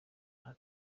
nta